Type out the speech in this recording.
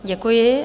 Děkuji.